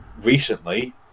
recently